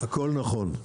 הכל נכון.